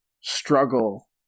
struggle